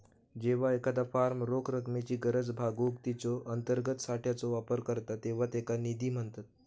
जेव्हा एखादा फर्म रोख रकमेची गरज भागवूक तिच्यो अंतर्गत साठ्याचो वापर करता तेव्हा त्याका निधी म्हणतत